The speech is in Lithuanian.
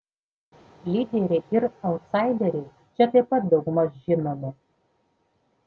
lyderiai ir autsaideriai čia taip pat daugmaž žinomi